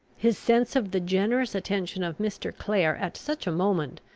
his sense of the generous attention of mr. clare at such a moment,